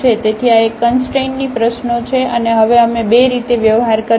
તેથી આ એક કંસટ્રેનની પ્રશ્નો છે અને હવે અમે બે રીતે વ્યવહાર કરીશું